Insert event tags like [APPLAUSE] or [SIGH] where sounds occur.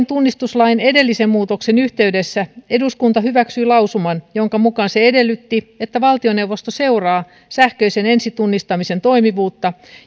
[UNINTELLIGIBLE] tunnistuslain edellisen muutoksen yhteydessä eduskunta hyväksyi lausuman jonka mukaan se edellytti että valtioneuvosto seuraa sähköisen ensitunnistamisen toimivuutta